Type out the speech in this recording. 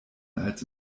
als